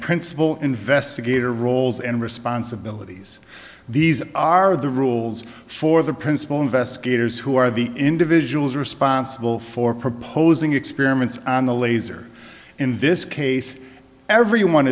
principal investigator roles and responsibilities these are the rules for the principal investigators who are the individuals responsible for proposing experiments on the laser in this case everyone